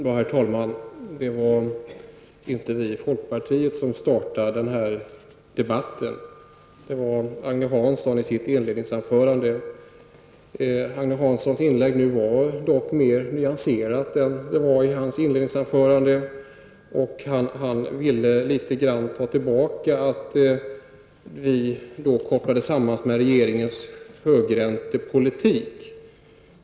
Herr talman! Det var inte vi i folkpartiet som startade den här debatten. Det var Agne Hansson som gjorde det i sitt inledningsanförande. Agne Hanssons senaste inlägg var dock mera nyanserat än hans inledningsanförande. Han tar tillbaka litet grand att vi kopplades samman med regeringens högräntepolitik.